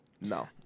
no